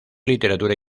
literatura